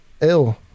ill